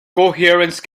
coherence